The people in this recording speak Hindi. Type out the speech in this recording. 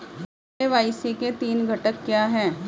के.वाई.सी के तीन घटक क्या हैं?